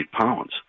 pounds